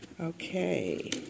Okay